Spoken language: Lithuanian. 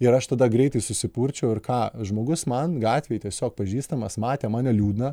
ir aš tada greitai susipurčiau ir ką žmogus man gatvėj tiesiog pažįstamas matė mane liūdną